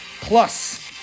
plus